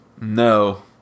No